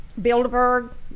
bilderberg